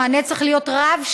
המענה צריך להיות רב-שכבתי,